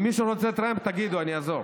אם מישהו רוצה טרמפ, תגידו, אני אעזור.